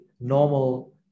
normal